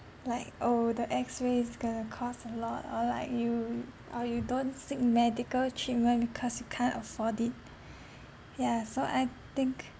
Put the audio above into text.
like oh the X ray is going to cost a lot or like you or you don't seek medical treatment because you can't afford it yeah so I think